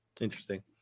Interesting